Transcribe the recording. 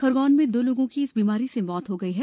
खरगोन में दो लोगों की इस बीमारी से मृत्यू भी हयी है